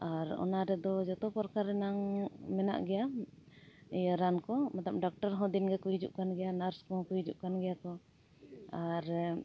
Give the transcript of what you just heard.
ᱟᱨ ᱚᱱᱟ ᱨᱮᱫᱚ ᱡᱚᱛᱚ ᱯᱚᱨᱠᱟᱨᱮᱱᱟᱝ ᱢᱮᱱᱟᱜ ᱜᱮᱭᱟ ᱤᱭᱟᱹ ᱨᱟᱱ ᱠᱚ ᱢᱚᱛᱞᱚᱵ ᱰᱟᱠᱴᱚᱨ ᱦᱚᱸ ᱫᱤᱱ ᱜᱮᱠᱚ ᱦᱤᱡᱩᱜ ᱠᱟᱱ ᱜᱮᱭᱟ ᱱᱟᱨᱥ ᱠᱚᱦᱚᱸ ᱠᱚ ᱦᱤᱡᱩᱜ ᱠᱟᱱ ᱜᱮᱭᱟ ᱠᱚ ᱟᱨ